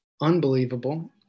unbelievable